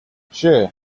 sure